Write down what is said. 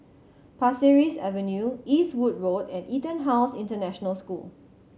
Pasir Ris Avenue Eastwood Road and EtonHouse International School